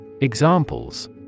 Examples